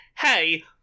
hey